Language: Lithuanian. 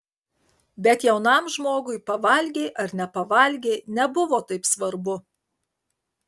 bet jaunam žmogui pavalgei ar nepavalgei nebuvo taip svarbu